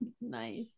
Nice